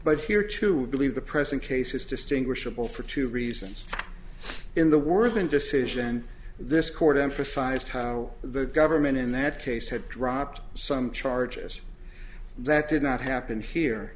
but here to believe the present case is distinguishable for two reasons in the world and decision this court emphasized how the government in that case had dropped some charges that did not happen here